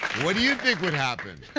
what do you think would happen?